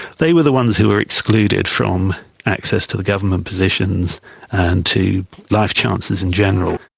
they were the ones who were excluded from access to the government positions and to life chances in general.